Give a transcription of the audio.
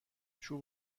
چوب